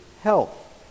health